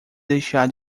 deixar